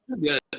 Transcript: Good